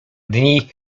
dni